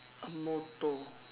a motor